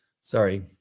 Sorry